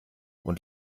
und